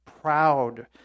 proud